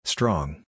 Strong